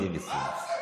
משפטים לסיום.